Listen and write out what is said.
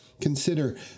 Consider